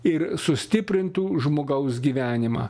ir sustiprintų žmogaus gyvenimą